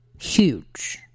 huge